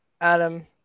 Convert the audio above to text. Adam